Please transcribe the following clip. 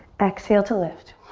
exhale to lift.